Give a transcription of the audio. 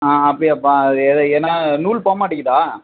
ஆ அப்படியாப்பா அது எது என்ன நூல் போக மாட்டிக்கிதா